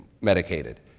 medicated